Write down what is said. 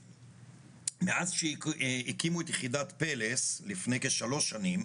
מאז שהקימו את יחידת פרס לפני כ-3 שנים,